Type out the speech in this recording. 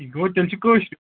یہِ گوٚو تیٚلہِ چھُ کٲشرُے